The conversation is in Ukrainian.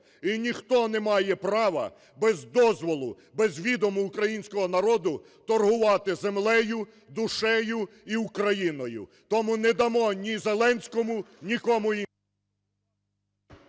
і ніхто немає права без дозволу, без відому українського народу торгувати землею, душею і Україною. Тому не дамо ні Зеленському, нікому…